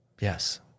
Yes